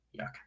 Yuck